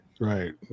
right